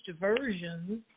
versions